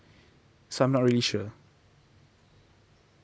so I'm not really sure